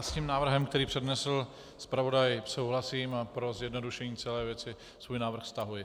Já s tím návrhem, který přednesl zpravodaj, souhlasím a pro zjednodušení celé věci svůj návrh stahuji.